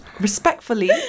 respectfully